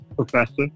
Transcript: Professor